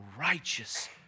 righteous